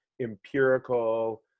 empirical